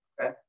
okay